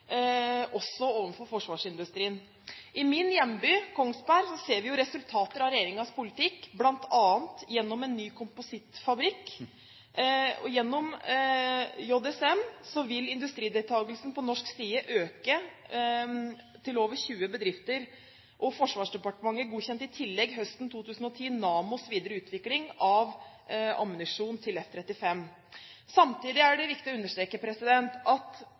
også overfor forsvarsindustrien. I min hjemby, Kongsberg, ser vi resultater av regjeringens politikk bl.a. gjennom en ny komposittfabrikk. Gjennom Joint Strike Missile vil industrideltakelsen på norsk side øke til over 20 bedrifter. Forsvarsdepartementet godkjente i tillegg høsten 2010 Nammos videre utvikling av ammunisjon til F-35. Samtidig er det viktig å understreke at